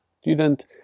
student